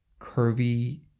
curvy